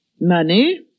Money